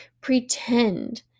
pretend